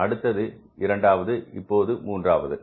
அடுத்தது இரண்டாவது இப்போது மூன்றாவது